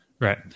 Right